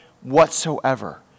whatsoever